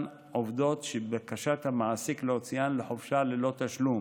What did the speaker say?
עובדות שבקשת המעסיק להוציאן לחופשה ללא תשלום,